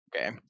Okay